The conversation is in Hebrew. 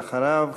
ואחריו,